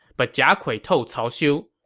but jia kui told cao xiu,